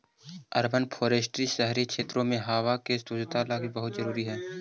urban forestry शहरी क्षेत्रों में हावा के शुद्धता लागी बहुत जरूरी हई